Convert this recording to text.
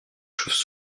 chauves